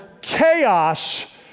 Chaos